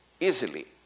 easily